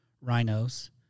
rhinos